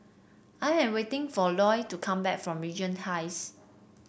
I am waiting for Lloyd to come back from Regent Heights